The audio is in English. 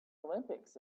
olympics